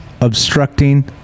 obstructing